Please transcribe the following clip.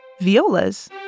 violas